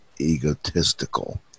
egotistical